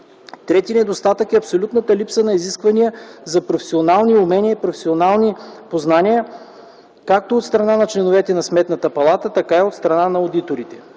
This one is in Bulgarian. Трети недостатък е абсолютната липса на изисквания за професионални умения и професионални познания както от страна на членовете на Сметната палата, така и от страна на одиторите.